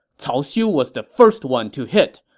cao xiu was the first one to hit.